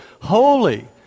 holy